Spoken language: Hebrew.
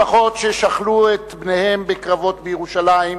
משפחות ששכלו את בניהן בקרבות בירושלים,